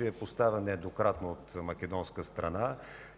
е поставян нееднократно от македонска страна.